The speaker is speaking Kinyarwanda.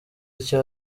icyo